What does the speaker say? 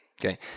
Okay